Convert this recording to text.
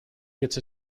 gets